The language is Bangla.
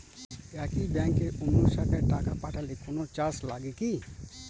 একই ব্যাংকের অন্য শাখায় টাকা পাঠালে কোন চার্জ লাগে কি?